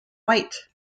white